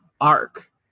arc